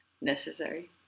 necessary